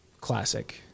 classic